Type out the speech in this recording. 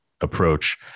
approach